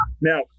Now